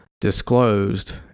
disclosed